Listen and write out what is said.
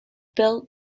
bill